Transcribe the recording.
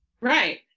Right